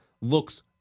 looks